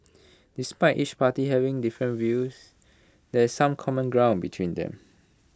despite each party having different views there is some common ground between them